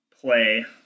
play